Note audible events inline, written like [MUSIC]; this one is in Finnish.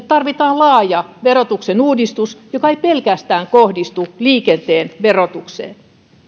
[UNINTELLIGIBLE] tarvitaan laaja verotuksen uudistus joka ei pelkästään kohdistu liikenteen verotukseen